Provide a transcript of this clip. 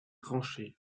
tranchée